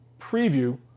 preview